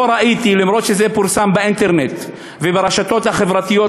למרות שזה פורסם באינטרנט וברשתות החברתיות,